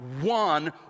one